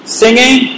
singing